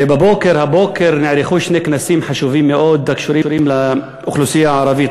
הבוקר נערכו שני כנסים חשובים מאוד הקשורים לאוכלוסייה הערבית,